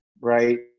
right